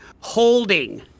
holding